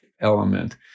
element